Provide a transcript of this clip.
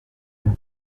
m’a